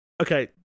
okay